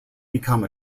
become